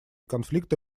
конфликта